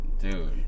dude